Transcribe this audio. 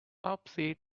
topsy